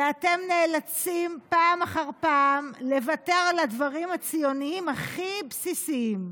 ואתם נאלצים פעם אחר פעם לוותר על הדברים הציוניים הכי בסיסיים,